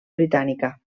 britànica